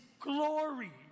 glory